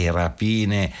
rapine